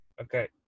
Okay